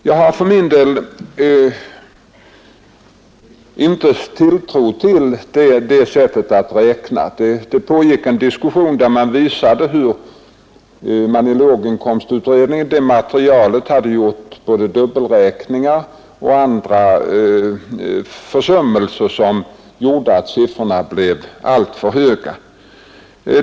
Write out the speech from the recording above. Jag har för min del inte tilltro till det sättet att räkna. Det pågick en diskussion där man visade hur det i låginkomstutredningens material hade gjorts både dubbelräkningar och andra försummelser som medförde att siffrorna blev alltför höga.